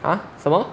蛤什么